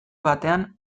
batean